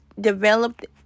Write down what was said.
developed